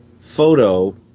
photo